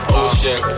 ocean